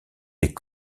est